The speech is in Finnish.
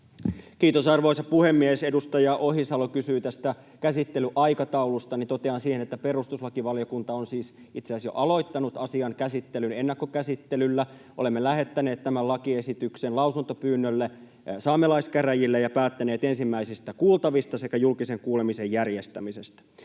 Kiitos, arvoisa puhemies! Edustaja Ohisalo kysyi tästä käsittelyaikataulusta, ja totean siihen, että perustuslakivaliokunta on siis itse asiassa jo aloittanut asian käsittelyn ennakkokäsittelyllä. Olemme lähettäneet tämän lakiesityksen lausuntopyynnölle saamelaiskäräjille ja päättäneet ensimmäisistä kuultavista sekä julkisen kuulemisen järjestämisestä.